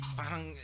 parang